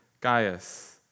Gaius